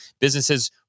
businesses